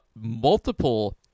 multiple